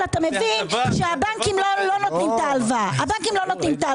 אבל אתה מבין שהבנקים לא נותנים את ההלוואה ולו